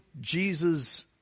Jesus